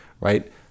right